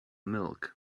milk